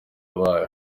abaye